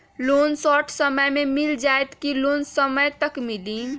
Loan short समय मे मिल जाएत कि लोन समय तक मिली?